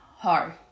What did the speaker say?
Hard